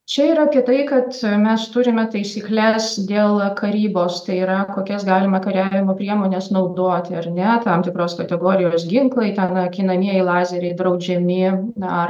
čia yra kitai kad mes turime taisykles dėl karybos tai yra kokias galima kariavimo priemones naudoti ar ne tam tikros kategorijos ginklai ten akinamieji lazeriai draudžiami ar